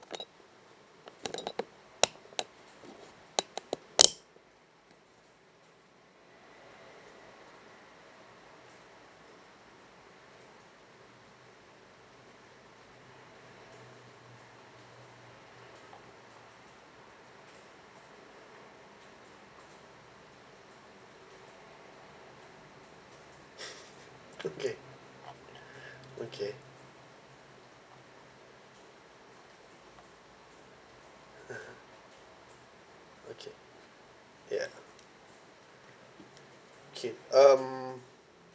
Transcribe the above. okay okay (uh huh) okay ya okay um